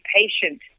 patient